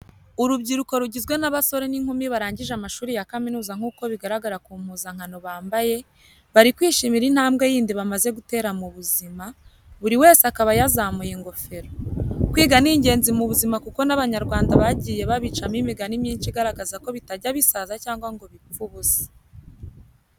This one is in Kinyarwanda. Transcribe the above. Urubyiruko rugizwe n'abasore n'inkumi barangije amashuri ya kaminuza nk'uko bigaragara ku mpuzankano bambaye, bari kwishimira intambwe yindi bamaze gutera mu buzima, buri wese akaba yazamuye ingofero. Kwiga ni ingenzi mu buzima kuko n'abanyarwanda bagiye babicamo imigani myinshi igaragaza ko bitajya bisaza cyangwa ngo bipfe ubusa.